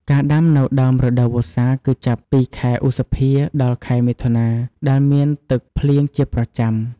ការដាំនៅដើមរដូវវស្សាគឺចាប់ពីខែឧសភាដល់ខែមិថុនា ដែលមានទឹកភ្លៀងជាប្រចាំ។